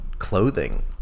Clothing